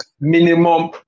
minimum